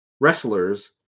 wrestlers